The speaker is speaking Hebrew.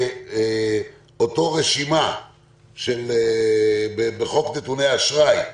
שאותה רשימה בחוק נתוני אשראי,